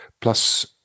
plus